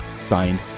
Signed